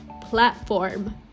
platform